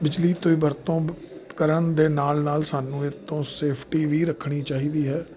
ਤੋਂ ਵਰਤੋਂ ਕਰਨ ਦੇ ਨਾਲ ਨਾਲ ਸਾਨੂੰ ਇਸ ਤੋਂ ਸੇਫਟੀ ਵੀ ਰੱਖਣੀ ਚਾਹੀਦੀ ਹੈ